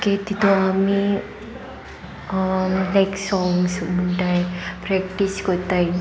okay तितून आमी लायक सोंग्स म्हणटाय प्रॅक्टीस कोत्ताय